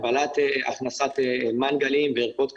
הגבלת הכנסת מנגלים וערכות קריוקי.